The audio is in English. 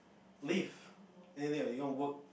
leave anything even work